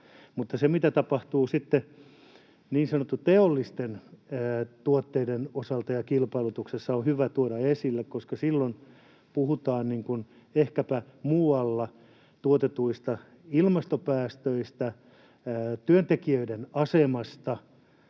niin sanottujen teollisten tuotteiden osalta ja kilpailutuksessa, on hyvä tuoda esille, koska silloin puhutaan ehkäpä muualla tuotetuista ilmastopäästöistä, työntekijöiden asemasta,